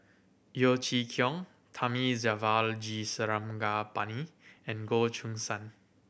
Yeo Chee Kiong Thamizhavel G Sarangapani and Goh Choo San